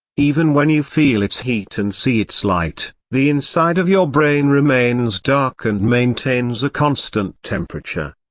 even when you feel its heat and see its light, the inside of your brain remains dark and maintains a constant temperature.